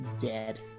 dead